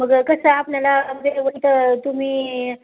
मग कसं आपणाला तुम्ही